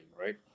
right